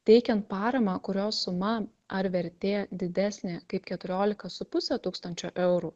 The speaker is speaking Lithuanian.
teikiant paramą kurios suma ar vertė didesnė kaip keturiolika su puse tūkstančio eurų